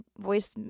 voice